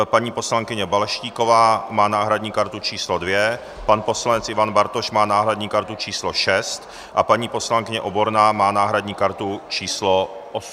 Paní poslankyně Balaštíková má náhradní kartu číslo 2, pan poslanec Ivan Bartoš má náhradní kartu číslo 6 a paní poslankyně Oborná má náhradní kartu číslo 8.